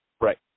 Right